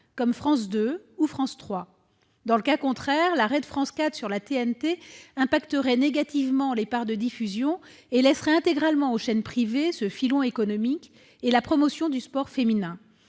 comme France 2 ou France 3. Dans le cas contraire, l'arrêt de France 4 sur la TNT impacterait négativement les parts de diffusion et laisserait intégralement aux chaînes privées ce filon économique et la promotion du sport féminin.